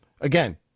Again